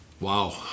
wow